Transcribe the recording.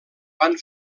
van